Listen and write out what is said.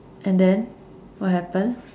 and then what happen